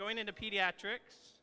going into pediatrics